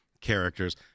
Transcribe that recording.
characters